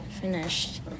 finished